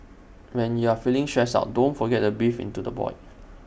when you are feeling stressed out don't forget to breathe into the void